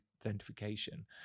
authentication